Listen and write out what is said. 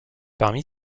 parmi